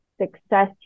success